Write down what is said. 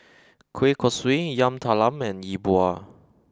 Kueh Kosui Yam Talam and Yi Bua